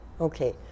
Okay